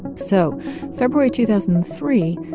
so february two thousand and three,